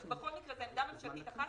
זו עמדה ממשלתית אחת,